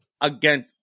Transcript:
again